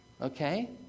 Okay